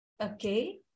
Okay